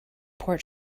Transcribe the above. port